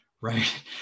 right